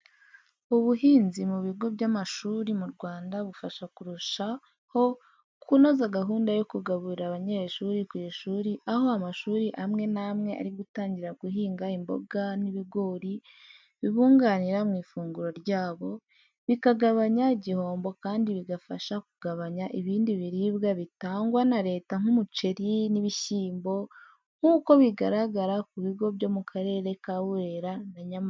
Ubuhinzi mu bigo by'amashuri mu Rwanda bufasha kurushaho kunoza gahunda yo kugaburira abanyeshuri ku ishuri, aho amashuri amwe n'amwe arimo gutangira guhinga imboga n'ibigori bibunganira mu ifunguro ryabo, bikagabanya igihombo kandi bigafasha kugabanya ibindi biribwa bitangwa na Leta nk'umuceri n'ibishyimbo, nk'uko bigaragara ku bigo byo mu Karere ka Burera na Nyamagabe.